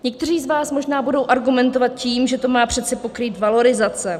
Někteří z vás možná budou argumentovat tím, že to má přece pokrýt valorizace.